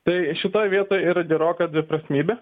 tai šitoj vietoj yra geroka dviprasmybė